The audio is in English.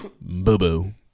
Boo-boo